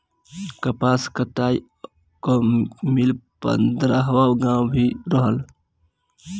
कपास कताई कअ मिल परदहा गाँव में भी रहल